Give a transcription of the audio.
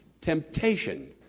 temptation